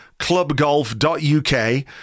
clubgolf.uk